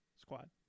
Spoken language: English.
Squad